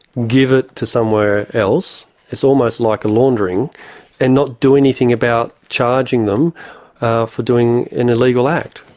give it to somewhere else it's almost like a laundering and not do anything about charging them ah for doing an illegal act.